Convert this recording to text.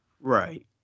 Right